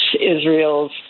Israel's